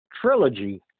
trilogy